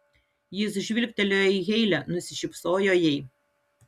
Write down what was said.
jis žvilgtelėjo į heile nusišypsojo jai